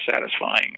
satisfying